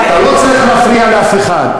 אתה לא צריך להפריע לאף אחד.